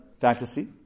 Fantasy